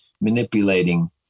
manipulating